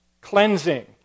cleansing